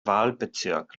wahlbezirk